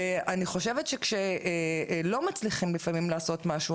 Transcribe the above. אני חושבת שכשלא מצליחים לפעמים לעשות משהו